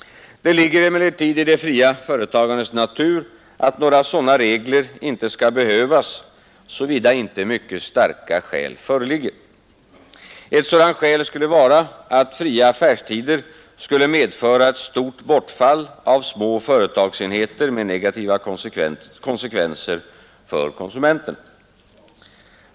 Det ligger emellertid i det fria företagandets natur att några sådana regler inte skall behövas såvida inte mycket starka skäl föreligger. Ett sådant skäl skulle vara att fria affärstider skulle medföra ett stort bortfall av små företagsenheter med negativa konsekvenser för konsumenterna.